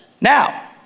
Now